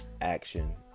action